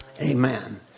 Amen